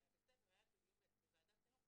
מבית הספר היה על זה דיון בוועדת החינוך,